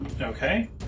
Okay